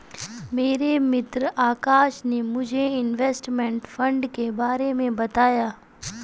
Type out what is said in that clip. मेरे मित्र आकाश ने मुझे इनवेस्टमेंट फंड के बारे मे बताया